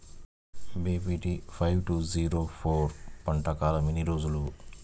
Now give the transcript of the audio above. BPT five two zero four పంట కాలంలో ఎన్ని రోజులు?